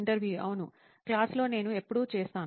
ఇంటర్వ్యూఈ అవును క్లాస్లో నేను ఎప్పుడూ చేస్తాను